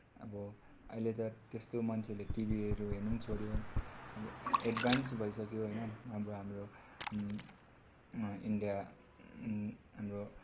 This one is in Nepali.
अब अहिले त यस्तो मान्छेले टिभीहरू पनि हेर्नु छोड्यो अब एड्भान्स भइसक्यो होइन अब हाम्रो इन्डिया हाम्रो